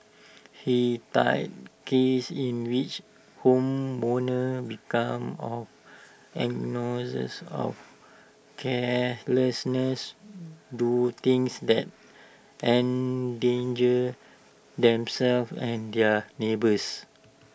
he cited cases in which homeowners become of ignorance or carelessness do things that endanger themselves and their neighbours